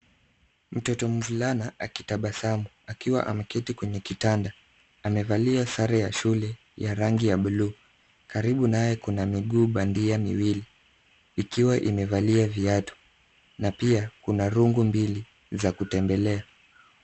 Mtoto mvulana akitabasamu, akiwa ameketi kwenye kitanda. Amevalia sare ya shule ya rangi ya bluu. Karibu naye kuna miguu bandia miwili ikiwa imevalia viatu na pia kuna rungu mbili za kutembelea.